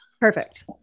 Perfect